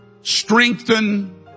strengthen